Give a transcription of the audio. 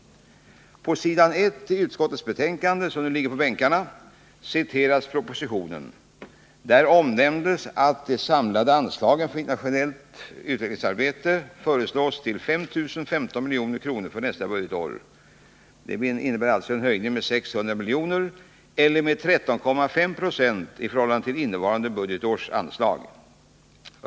På s. 1 i utskottets betänkande, som ligger på bänkarna, citeras propositionen. Där omnämns att de samlade anslagen för internationellt utvecklingssamarbete föreslås till 5 015 milj.kr. för nästa budgetår. Detta innebär alltså en ökning med 600 milj.kr. eller med 13,5 26 i förhållande till innevarande budgetårs anslag.